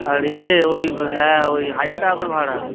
আর ইয়ে ওই হ্যাঁ ওই হাজার টাকা করে ভাড়া